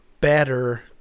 better